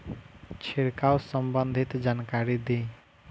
छिड़काव संबंधित जानकारी दी?